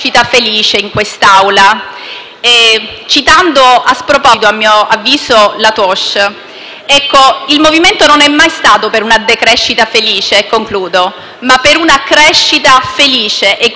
il Movimento non è mai stato per una decrescita felice, ma per una crescita felice, equilibrata e in rapporto e in relazione ai diritti degli uomini e dell'ambiente.